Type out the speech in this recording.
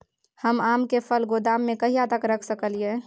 हम आम के फल गोदाम में कहिया तक रख सकलियै?